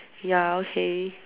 ya okay